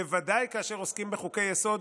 בוודאי כאשר עוסקים בחוקי-יסוד,